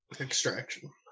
Extraction